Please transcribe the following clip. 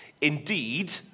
Indeed